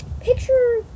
picture